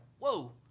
whoa